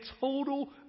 total